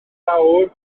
fawr